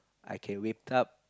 I can wake up